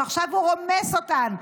שעכשיו הוא רומס אותן,